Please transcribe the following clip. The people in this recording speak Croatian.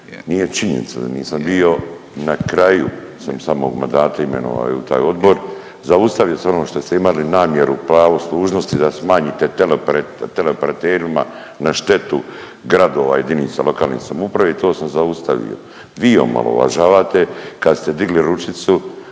nije činjenica da nisam bio, na kraju su me samog mandata imenovali u taj odbor. Zaustavio sam ono što ste imali namjeru pravo služnosti da smanjite teleoperaterima na štetu gradova, jedinica lokalne samouprave i to sam zaustavio. Vi omalovažavate kad ste digli ručicu